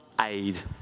aid